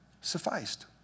sufficed